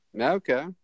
Okay